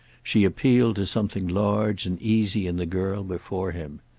she appealed to something large and easy in the girl before him.